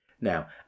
Now